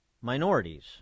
minorities